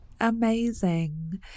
Amazing